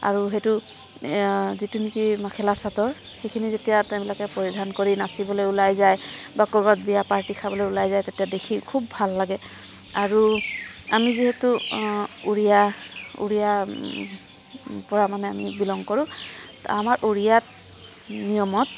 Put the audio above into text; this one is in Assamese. আৰু সেইটো যিটো নেকি মেখেলা চাদৰ সেইখিনি যেতিয়া তেওঁলোকে পৰিধান কৰি নাচিবলৈ ওলাই যায় বা ক'ৰবাত বিয়া পাৰ্টী খাবলৈ ওলাই যায় তেতিয়া দেখি খুব ভাল লাগে আৰু আমি যিহেতু উৰিয়া উৰিয়া পৰা মানে আমি বিলং কৰোঁ আমাৰ উৰিয়াত নিয়মত